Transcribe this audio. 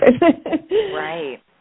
Right